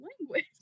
language